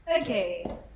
Okay